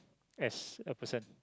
as a person